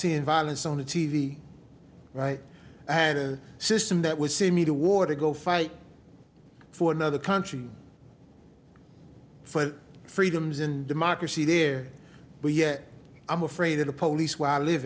seeing violence on a t v right and a system that would see me to war to go fight for another country for freedoms in democracy there but yet i'm afraid of the police where i live